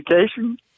education